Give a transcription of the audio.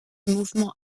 mouvement